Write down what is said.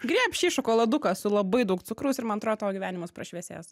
griebk šį šokoladuką su labai daug cukraus ir man atrodo tavo gyvenimas prašviesės